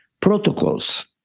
protocols